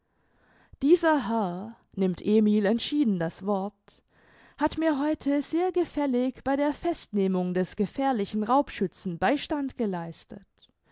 dieser herr nimmt emil entschieden das wort hat mir heute sehr gefällig bei der festnehmung des gefährlichen raubschützen beistand geleistet